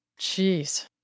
Jeez